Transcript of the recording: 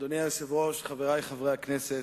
אדוני היושב-ראש, חברי חברי הכנסת,